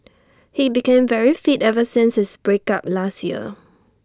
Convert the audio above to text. he became very fit ever since his break up last year